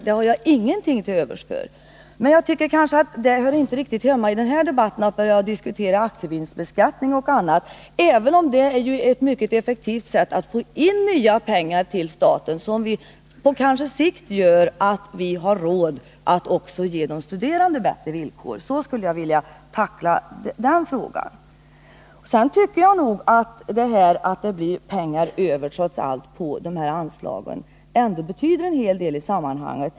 Men aktievinstbeskattningen och annat hör inte riktigt hemma i den här debatten — även om den föreslagna ändringen av aktievinstbeskattningen är ett mycket effektivt sätt att få in nya pengar till staten, som kanske på sikt gör att vi också har råd att ge de studerande bättre villkor. Så skulle jag vilja tackla den frågan. Sedan tycker jag att det förhållandet att det blir pengar över på de här anslagen ändå betyder en del i sammanhanget.